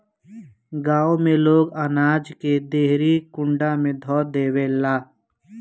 गांव में लोग अनाज के देहरी कुंडा में ध देवेला